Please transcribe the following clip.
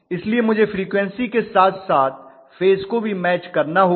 इसलिए मुझे फ़्रीक्वेंसी के साथ साथ फ़ेज़ को भी मैच करना होगा